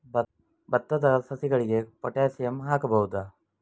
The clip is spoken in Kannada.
ಭತ್ತದ ಸಸಿಗಳಿಗೆ ಪೊಟ್ಯಾಸಿಯಂ ಹಾಕಬಹುದಾ?